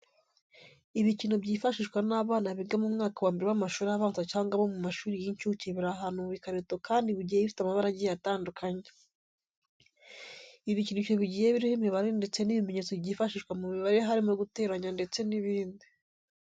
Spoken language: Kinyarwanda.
Ibikinisho byifashishwa n'abana biga mu mwaka wa mbere w'amashuri abanza cyangwa abo mu mashuri y'inshuke biri ahantu mu bikarito kandi bigiye bifite amabara agiye atandukanye. Ibi bikinisho bigiye biriho imibare ndetse n'ibimenyetso byifashishwa mu mibare harimo guteranya ndetse n'ibindi.